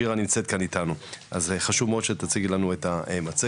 שירה נמצאת כאן איתנו אז חשוב מאוד שתציגי לנו את המצגת,